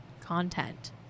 content